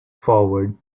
forward